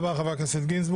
תודה רבה, חבר הכנסת גינזבורג.